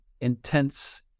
intense